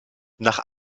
nach